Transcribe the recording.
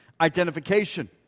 identification